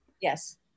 Yes